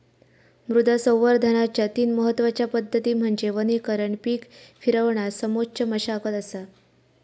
मृदा संवर्धनाच्या तीन महत्वच्या पद्धती म्हणजे वनीकरण पीक फिरवणा समोच्च मशागत असा